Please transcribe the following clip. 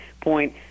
point